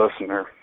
listener